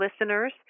listeners